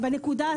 לפתרון.